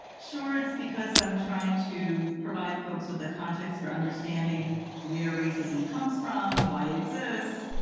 sure, it's because i'm trying to provide folks with a context for understanding where racism comes from, why it exists.